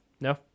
No